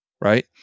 right